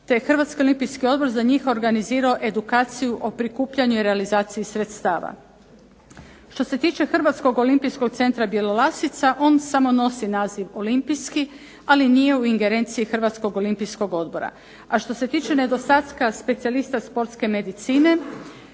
te je Hrvatski olimpijski odbor za njih organizirao edukaciju o prikupljanju i realizaciji sredstava. Što se tiče Hrvatskog olimpijskog centra Bjelolasica, on samo nosi naziv olimpijski, ali nije u ingerenciji Hrvatskog olimpijskog odbora. A što se tiče nedostatka specijalista sportske medicine